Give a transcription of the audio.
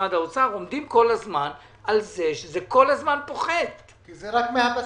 ומשרד האוצר עומדים כל הזמן על כך שזה פוחת כל הזמן.